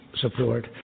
support